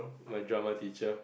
my drama teacher